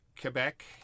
Quebec